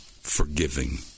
forgiving